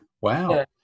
wow